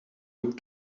would